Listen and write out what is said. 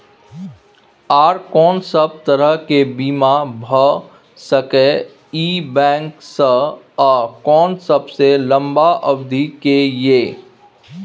आर कोन सब तरह के बीमा भ सके इ बैंक स आ कोन सबसे लंबा अवधि के ये?